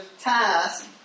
task